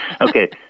Okay